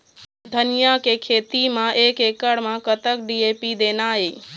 धनिया के खेती म एक एकड़ म कतक डी.ए.पी देना ये?